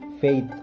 faith